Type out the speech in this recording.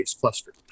cluster